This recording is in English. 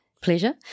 pleasure